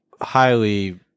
highly